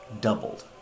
doubled